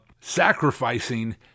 sacrificing